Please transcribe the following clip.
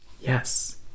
Yes